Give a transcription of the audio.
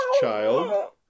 child